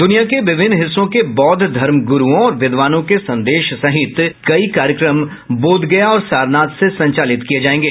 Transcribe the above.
दुनिया के विभिन्न हिस्सों के बौद्ध धर्मगुरुओं और विद्वानों के संदेश सहित कई कार्यक्रम बोधगया और सारनाथ से संचालित किए जाएंगे